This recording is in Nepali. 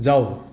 जाऊ